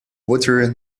water